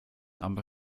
aber